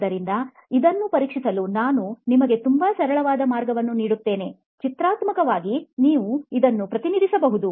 ಆದ್ದರಿಂದ ಇದನ್ನು ಪರೀಕ್ಷಿಸಲು ನಾನು ನಿಮಗೆ ತುಂಬಾ ಸರಳವಾದ ಮಾರ್ಗವನ್ನು ನೀಡುತ್ತೇನೆ ಚಿತ್ರಾತ್ಮಕವಾಗಿ ನೀವು ಇದನ್ನು ಪ್ರತಿನಿಧಿಸಬಹುದು